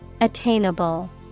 Attainable